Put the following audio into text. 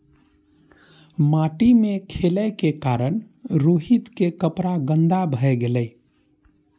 माटि मे खेलै के कारण रोहित के कपड़ा गंदा भए गेलै